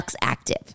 Active